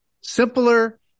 simpler